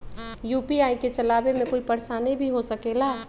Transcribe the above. UPI के चलावे मे कोई परेशानी भी हो सकेला?